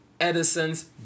edison's